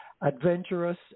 adventurous